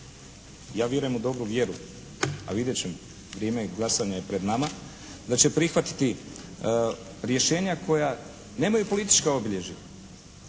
ja vjerujem u dobru vjeru a vidjet ćemo. Vrijeme i glasanje je pred nama da će prihvatiti rješenja koja nemaju politička obilježja